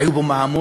היו בו מהמורות,